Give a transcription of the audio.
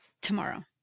Tomorrow